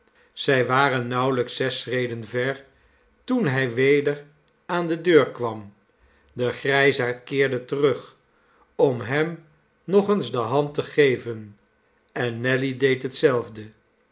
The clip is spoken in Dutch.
zij waren nauwelijks zes schreden ver toen hij weder aan de deur kwam de grijsaard keerde terug om hem nog eens de hand te geven en nelly deed hetzelfde